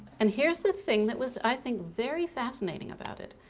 and here's the thing that was i think very fascinating about it.